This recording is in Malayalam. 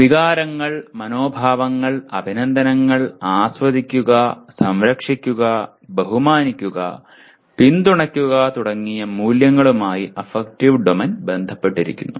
വികാരങ്ങൾ മനോഭാവങ്ങൾ അഭിനന്ദനങ്ങൾ ആസ്വദിക്കുക സംരക്ഷിക്കുക ബഹുമാനിക്കുക പിന്തുണയ്ക്കുക തുടങ്ങിയ മൂല്യങ്ങളുമായി അഫക്റ്റീവ് ഡൊമെയ്ൻ ബന്ധപ്പെട്ടിരിക്കുന്നു